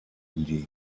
league